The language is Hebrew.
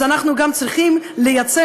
אז אנחנו גם צריכים לייצר,